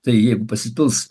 tai jeigu pasipils